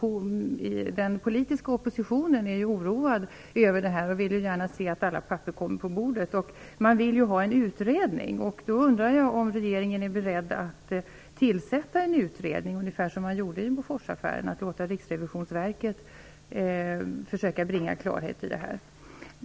Den politiska oppositionen är oroad över det här och vill gärna se att alla papper kommer på bordet. Man vill ha en utredning. Jag undrar om regeringen är beredd att tillsätta en utredning - ungefär som man gjorde i Boforsaffären, att låta Riksrevisionsverket försöka bringa klarhet i det här.